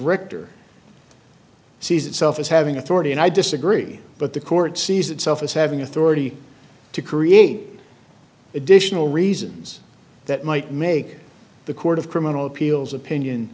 rector sees itself as having authority and i disagree but the court sees itself as having authority to create additional reasons that might make the court of criminal appeals opinion